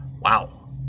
Wow